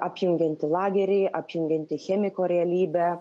apjungianti lagerį apjungianti chemiko realybę